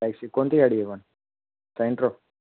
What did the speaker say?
ए C कोणती गाडी आहे पण सॅन्ट्रो